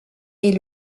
est